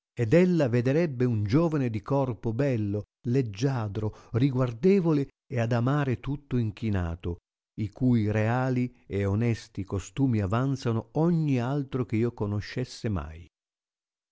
ed ella vederebbe un giovane di corpo bello leggiadro riguardevole e ad amare tutto inchinato i cui reali e onesti costumi avanzano ogni altro che io conoscesse mai